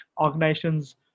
organization's